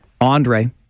Andre